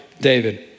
David